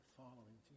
following